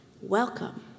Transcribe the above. Welcome